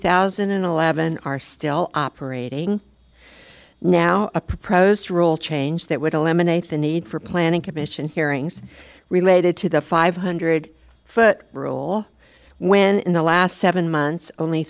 thousand and eleven are still operating now a prose rule change that would eliminate the need for planning commission hearings related to the five hundred foot rule when in the last seven months only